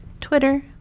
Twitter